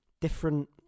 different